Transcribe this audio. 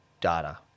data